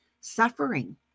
suffering